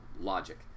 logic